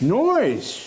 noise